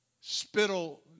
spittle